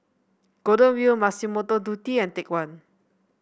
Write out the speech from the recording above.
Golden Wheel Massimo Dutti and Take One